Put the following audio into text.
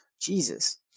Jesus